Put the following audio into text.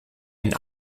and